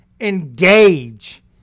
engage